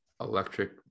electric